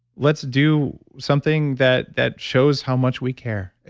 let's do something that that shows how much we care.